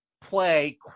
play